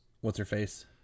What's-Her-Face